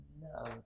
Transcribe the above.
No